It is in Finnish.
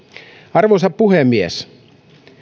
arvoisa puhemies